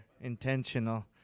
intentional